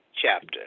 chapter